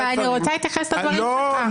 אבל אני רוצה להתייחס לדברים שלך.